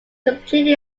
completely